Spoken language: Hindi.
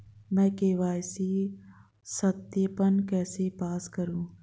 मैं के.वाई.सी सत्यापन कैसे पास करूँ?